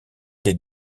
des